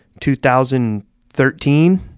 2013